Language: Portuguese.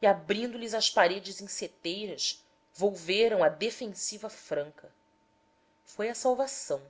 e abrindo lhes as paredes em seteiras volveram à defensiva franca foi a salvação